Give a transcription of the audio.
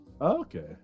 Okay